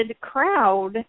crowd